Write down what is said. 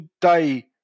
day